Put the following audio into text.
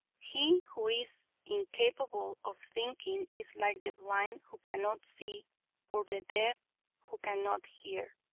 he who is incapable of thinking is like the blind who cannot see or the deaf who cannot hear.